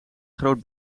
groot